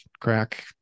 crack